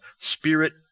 Spirit